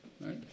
Right